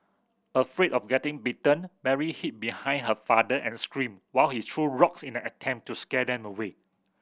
afraid of getting bitten Mary hid behind her father and screamed while he threw rocks in an attempt to scare them away